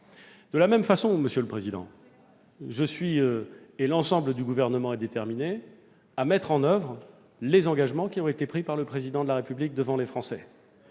De la même façon, l'ensemble du Gouvernement est déterminé à mettre en oeuvre les engagements qui ont été pris par le Président de la République devant les Français.